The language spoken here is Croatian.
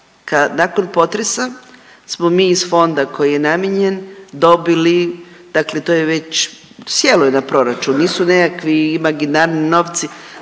Nakon potresa smo mi iz fonda koji je namijenjen dobili, dakle to je već sjelo je na proračun, nisu nekakvi imaginarni novci,